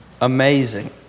amazing